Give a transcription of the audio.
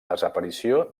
desaparició